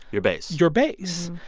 your base. your base.